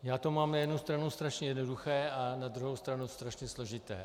Já to mám na jednu stranu strašně jednoduché a na druhou stranu strašně složité.